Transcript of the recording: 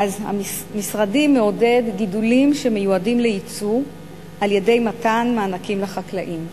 משרדי מעודד גידולים שמיועדים לייצוא על-ידי מתן מענקים לחקלאים.